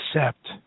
accept